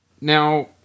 now